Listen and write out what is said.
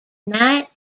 night